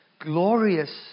glorious